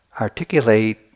articulate